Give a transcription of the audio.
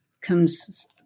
comes